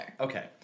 Okay